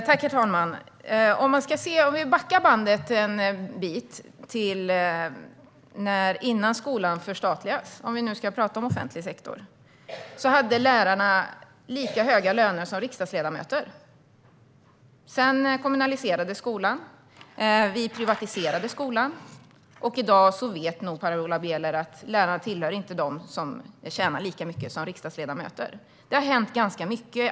Herr talman! Låt oss backa bandet en bit till när skolan var förstatligad - om vi ska prata om offentlig sektor. Då hade lärare lika höga löner som riksdagsledamöter. Sedan kommunaliserades skolan. Skolan privatiserades. I dag vet nog Paula Bieler att lärarna inte hör till dem som tjänar lika mycket som riksdagsledamöter. Det har hänt mycket.